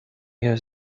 has